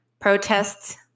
protests